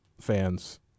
fans